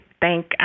thank